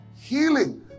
healing